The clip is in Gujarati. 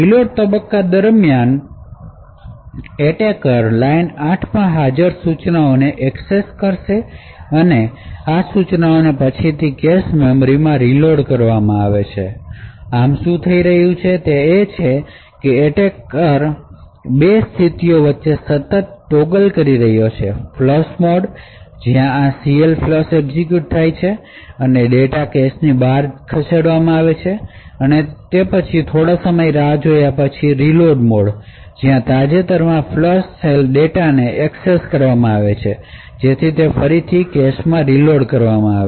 રીલોડ તબક્કા દરમિયાન એટેકર લાઇન 8 માં હાજર સૂચનાઓને એક્સેસ કરશે અને આ સૂચનાઓ પછીથી કેશ મેમરીમાં રીલોડ કરવામાં આવશે આમ શું થઈ રહ્યું છે તે છે કે એટેકર 2 સ્થિતિઓ વચ્ચે સતત ટોગલ કરી રહ્યો છે ફ્લશ મોડ જ્યાં આ CLFLUSH એક્ઝેક્યુટ થાય છે અને ડેટા કેશની બહાર ખસેડવામાં આવે છે તે પછી થોડો સમય રાહ જોયા પછી રીલોડ મોડ જ્યાં તાજેતરમાં ફ્લશ ડેટા ને એક્સેસ કરવામાં આવે છે જેથી તે ફરીથી કેશમાં રીલોડ કરવામાં આવે